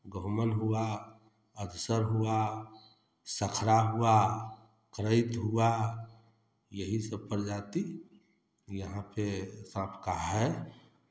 गेहुँअन हुआ अधसर हुआ सकरा हुआ करैत हुआ यही सब प्रजाति यहाँ पे साँप का है